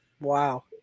Wow